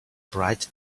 bright